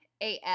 AF